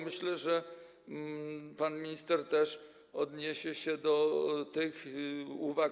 Myślę, że pan minister też odniesie się do tych uwag.